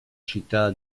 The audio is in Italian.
città